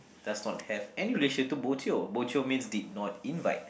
does not have any relation to bo jio bo jio means did not invite